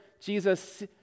Jesus